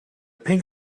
pink